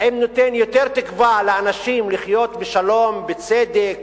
האם ייתן יותר תקווה לאנשים לחיות בשלום, בצדק